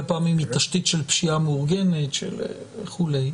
פעמים תשתית של פשיעה מאורגנת וכולי.